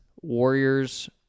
Warriors